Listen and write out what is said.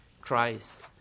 Christ